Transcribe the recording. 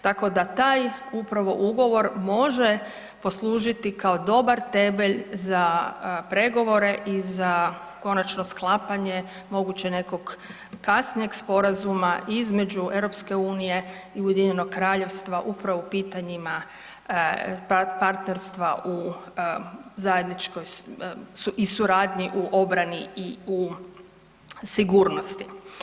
Tako da taj upravo ugovor može poslužiti kao dobar temelj za pregovore i za konačno sklapanje moguće nekog kasnijeg sporazuma između EU i Ujedinjenog Kraljevstva upravo u pitanjima partnerstva u zajedničkoj i suradnji u obrani i u sigurnosti.